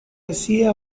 hacía